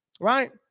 right